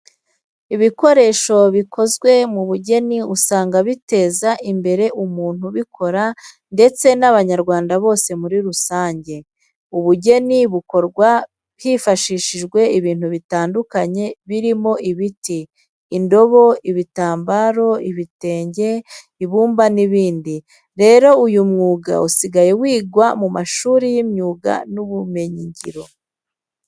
Ibikoresho bikozwe mu bugeni usanga biteza imbere umuntu ubikora ndetse n'Abanyarwanda bose muri rusange. Ubugeni bukorwa hifashishijwe ibintu bitandukanye birimo ibiti, indobo, ibitambaro, ibitenge, ibumba n'ibindi. Rero uyu mwuga usigaye wigwa mu mashuri y'imyuga n'ubumenyingiro.